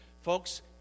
Folks